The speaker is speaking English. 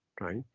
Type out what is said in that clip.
Right